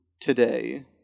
today